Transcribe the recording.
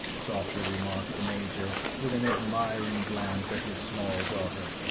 softly remarked the major, with an admiring glance at his small daughter,